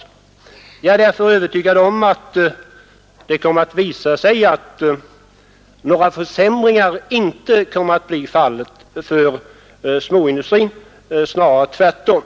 Jag är därför övertygad om att det kommer att visa sig att det inte blir några försämringar för småindustrin, snarare tvärtom.